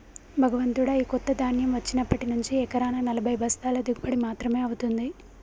భగవంతుడా, ఈ కొత్త ధాన్యం వచ్చినప్పటి నుంచి ఎకరానా నలభై బస్తాల దిగుబడి మాత్రమే అవుతుంది